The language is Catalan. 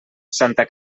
santa